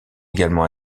également